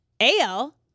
AL